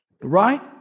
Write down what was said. right